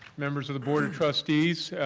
members of the board of trustees,